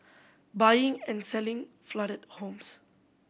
buying and selling flooded homes